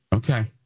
Okay